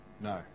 No